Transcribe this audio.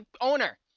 owner